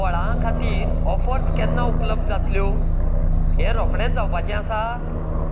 फळां खातीर ऑफर्स केन्ना उपलब्ध जातल्यो हें रोखडेंच जावपाचें आसा